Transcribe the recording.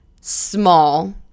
small